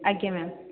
ଆଜ୍ଞା ମ୍ୟାମ୍